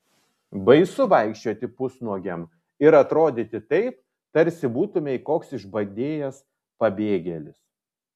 baisu vaikščioti pusnuogiam ir atrodyti taip tarsi būtumei koks išbadėjęs pabėgėlis